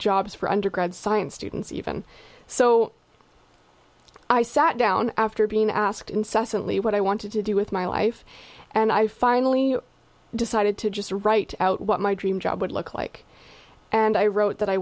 jobs for undergrad science students even so i sat down after being asked incessantly what i wanted to do with my life and i finally decided to just write out what my dream job would look like and i wrote that i